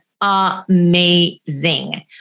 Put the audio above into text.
amazing